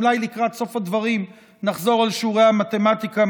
אולי לקראת סוף הדברים נחזור על שיעורי המתמטיקה,